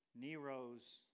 Nero's